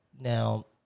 now